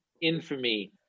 infamy